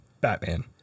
Batman